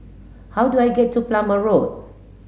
how do I get to Plumer Road